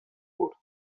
برد